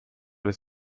des